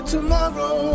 Tomorrow